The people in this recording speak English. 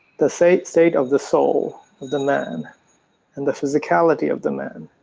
the. state state of the soul of the man and the physicality of the man,